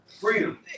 Freedom